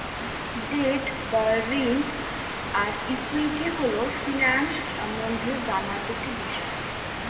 date বা ঋণ আর ইক্যুইটি হল ফিন্যান্স সম্বন্ধে জানার দুটি বিষয়